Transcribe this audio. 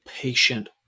patient